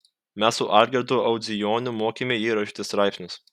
mes su algirdu audzijoniu mokėme jį rašyti straipsnius